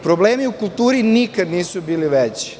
Problemi u kulturi nikada nisu bili veći.